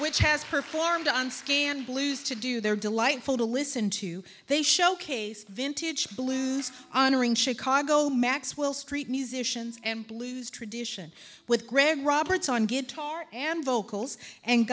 which has performed on scan blues to do their delightful to listen to they showcase vintage blues honoring chicago maxwell street musicians and blues tradition with grand roberts on guitar and vocals and